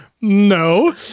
no